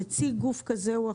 נציג גוף כזה או אחר,